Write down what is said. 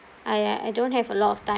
I I don't have a lot of time